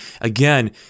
again